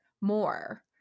more